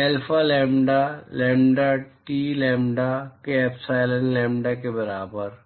alpha lambda lambda T lambda के epsilon lambda के बराबर टी